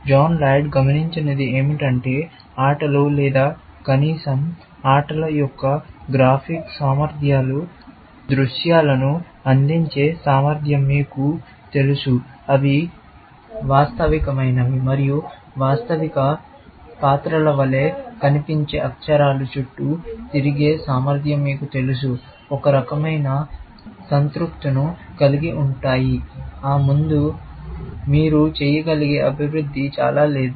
John Laird గమనించినది ఏమిటంటే ఆటలు లేదా కనీసం ఆటల యొక్క గ్రాఫిక్ సామర్థ్యాలు దృశ్యాల ను అందించే సామర్థ్యం మీకు తెలుసు అవి వాస్తవికమైనవి మరియు వాస్తవిక పాత్రల వలె కనిపించే అక్షరాలు చుట్టూ తిరిగే సామర్థ్యం మీకు తెలుసు ఒక రకమైన సంతృప్తతను కలిగి ఉంటాయి ఆ ముందు మీరు చేయగలిగే అభివృద్ధి చాలా లేదు